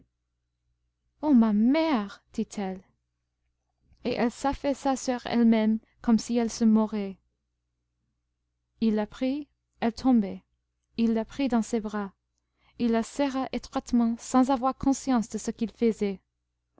ô ma mère dit-elle et elle s'affaissa sur elle-même comme si elle se mourait il la prit elle tombait il la prit dans ses bras il la serra étroitement sans avoir conscience de ce qu'il faisait